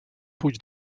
pójdź